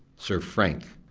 sir frank